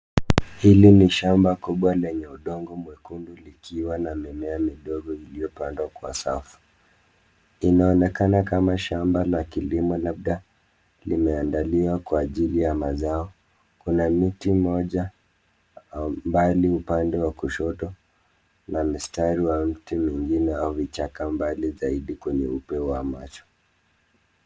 Hili ni shamba kubwa lenye udongo mwekundu likiwa na mimea midogo iliyopandwa kwa safu. Inaonekana kama shamba la kilimo labda limeandaliwa kwa ajili ya mazao. Kuna mti moja mbali upande wa kushoto na mstari wa mti mwingine au vichaka mbali zaidi kwenye upeo wa macho.